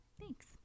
thanks